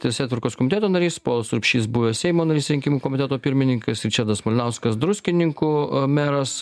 teisėtvarkos komiteto narys povilas urbšys buvęs seimo narys rinkimų komiteto pirmininkas ričardas malinauskas druskininkų meras